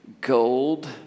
gold